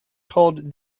called